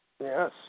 Yes